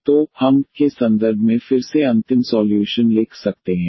तो हम y के संदर्भ में फिर से अंतिम सॉल्यूशन लिख सकते हैं